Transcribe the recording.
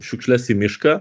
šiukšles į mišką